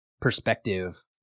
perspective